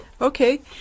okay